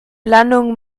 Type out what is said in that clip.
landung